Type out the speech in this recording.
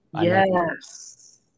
Yes